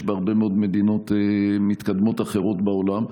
בהרבה מאוד מדינות מתקדמות אחרות בעולם.